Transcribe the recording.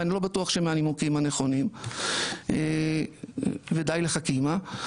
ואני לא בטוח שמהנימוקים הנכונים ודי לחכימא.